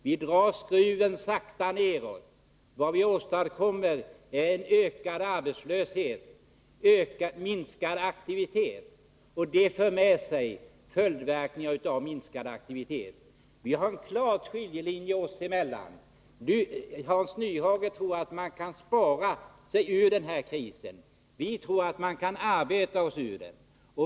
Ni drar skruven sakta nedåt. Vad ni åstadkommer är ökad arbetslöshet och minskad aktivitet. Det får följdverkningar i form av ytterligare minskad aktivitet. Det finns en klar skiljelinje oss emellan. Hans Nyhage tror att man kan spara sig ur krisen. Vi tror att man kan arbeta sig ur den.